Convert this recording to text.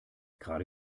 gerade